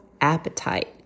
appetite